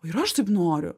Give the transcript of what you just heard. ir aš taip noriu